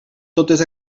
totes